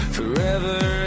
Forever